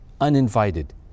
uninvited